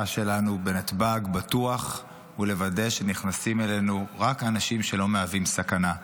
שלנו בנתב"ג בטוח ולוודא שנכנסים אלינו רק אנשים שלא מהווים סכנה.